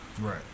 Right